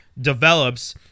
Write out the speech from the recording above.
develops